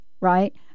Right